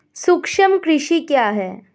सूक्ष्म कृषि क्या है?